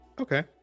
Okay